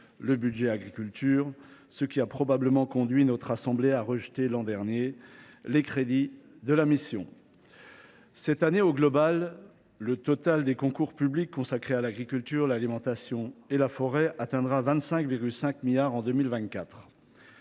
le budget de l’agriculture, ce qui a probablement conduit notre assemblée à rejeter les crédits de la mission l’an dernier. En 2024, le total des concours publics consacrés à l’agriculture, l’alimentation et la forêt atteindra 25,5 milliards d’euros,